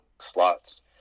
slots